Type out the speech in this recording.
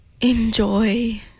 enjoy